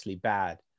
bad